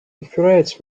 infuriates